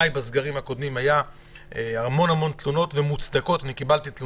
גם בסגרים הקודמים היו המון תלונות מוצדקות משם.